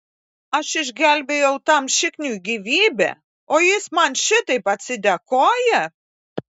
aš išgelbėjau tam šikniui gyvybę o jis man šitaip atsidėkoja